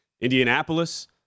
Indianapolis